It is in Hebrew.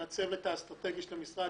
הצוות האסטרטגי של המשרד,